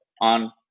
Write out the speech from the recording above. on